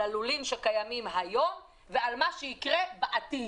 הלולים שקיימים היום ועל מה שיקרה בעתיד.